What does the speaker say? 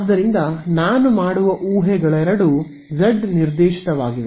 ಆದ್ದರಿಂದ ನಾನು ಮಾಡುವ ಊಹೆಗಳೆರಡೂ ಜೆಡ್ ನಿರ್ದೇಶಿತವಾಗಿವೆ